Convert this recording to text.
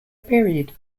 period